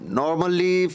normally